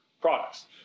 products